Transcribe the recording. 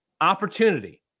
opportunity